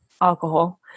alcohol